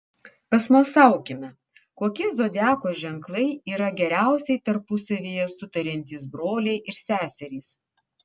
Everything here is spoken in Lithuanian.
pasmalsaukime kokie zodiako ženklai yra geriausiai tarpusavyje sutariantys broliai ir seserys